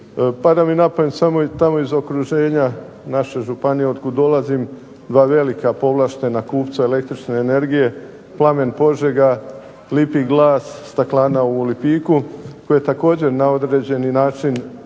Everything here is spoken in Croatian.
Pada mi na pamet samo tamo iz okruženja naše županije otkud dolazim dva velika povlaštena kupca električne energije Plamen Požega, Lipik glass, staklana u Lipiku koje također na određeni način